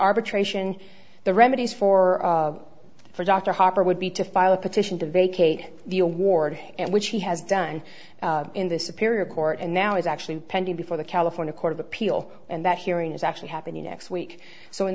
arbitration the remedies for for dr harper would be to file a petition to vacate the award and which he has done in this period court and now is actually pending before the california court of appeal and that hearing is actually happening next week so in